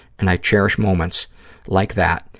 and i cherish moments like that,